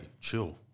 Chill